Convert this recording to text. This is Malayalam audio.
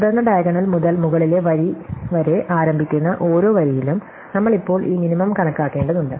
തുടർന്ന് ഡയഗണൽ മുതൽ മുകളിലെ വരി വരെ ആരംഭിക്കുന്ന ഓരോ വരിയിലും നമ്മൾ ഇപ്പോൾ ഈ മിനിമം കണക്കാക്കേണ്ടതുണ്ട്